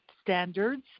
standards